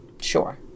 Sure